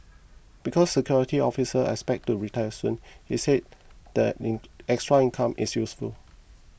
because the security officer expects to retire soon he said the in extra income is useful